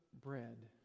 bread